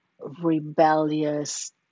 rebellious